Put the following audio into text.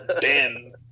Ben